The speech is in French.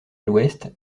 l’ouest